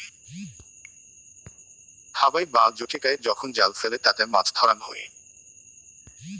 খাবাই বা জুচিকায় যখন জাল ফেলে তাতে মাছ ধরাঙ হই